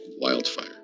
wildfire